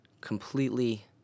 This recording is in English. completely